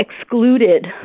excluded